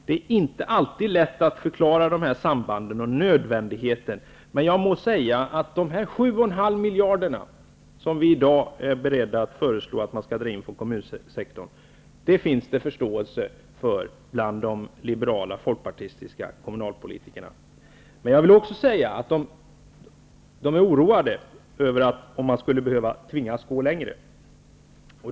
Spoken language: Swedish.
Det är inte alltid lätt att förklara dessa samband och nödvändigheter. Men jag må säga att det bland de liberala folkpartistiska kommunalpolitikerna finns förståelse för de 7,5 miljarder vi i dag är beredda att föreslå till indragning från kommunsektorn. Jag vill också säga att de är oroade över tanken att de skall tvingas att gå längre.